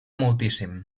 moltíssim